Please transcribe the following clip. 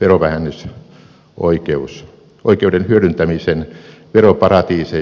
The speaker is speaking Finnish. verovähennysoikeuden hyödyntämisen veroparatiiseja käyttämällä